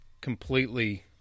completely